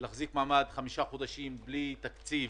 להחזיק מעמד חמישה חודשים בלי תקציב,